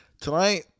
Tonight